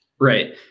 Right